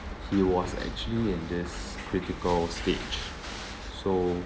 he was actually in this critical stage so